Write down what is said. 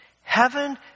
heaven